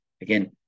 Again